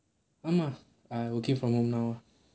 um uh I working from home now